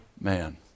man